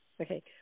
okay